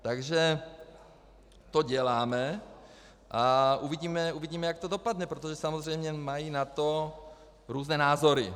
Takže to děláme a uvidíme, jak to dopadne, protože samozřejmě mají na to různé názory.